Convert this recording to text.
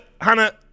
Hannah